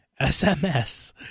SMS